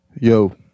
Yo